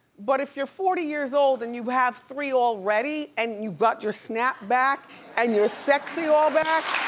but if you're forty years old and you have three already and you got your snap back and your sexy all back.